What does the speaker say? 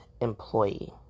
employee